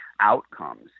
outcomes